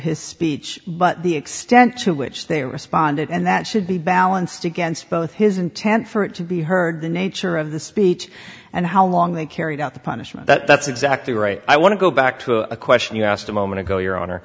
his speech but the extent to which they responded and that should be balanced against both his intent for it to be heard the nature of the speech and how long they carried out the punishment that's exactly right i want to go back to a question you asked a moment ago you